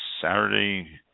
Saturday